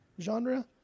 genre